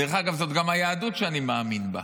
דרך אגב, זאת גם היהדות שאני מאמין בה,